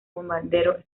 bombardero